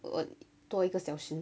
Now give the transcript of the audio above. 我多一个小时